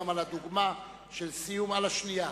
גם על הדוגמה של סיום על השנייה.